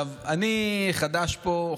אני חדש פה,